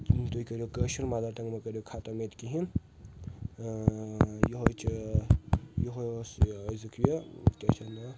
تُہۍ کٔرِو کٲشُر مَدر ٹنٛگ مہٕ کٔرِو ختٕم ییٚتہِ کہیٖنۍ ٲں یہوے چھُ ٲں یہوے اوس یہِ ازیٛک یہِ کیٛاہ چھِ اَتھ ناو